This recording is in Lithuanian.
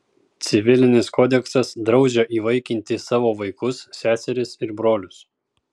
civilinis kodeksas draudžia įvaikinti savo vaikus seserys ir brolius